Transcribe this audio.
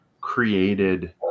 created